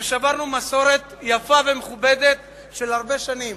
ששברנו מסורת יפה ומכובדת של הרבה שנים,